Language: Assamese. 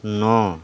ন